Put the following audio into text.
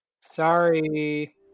Sorry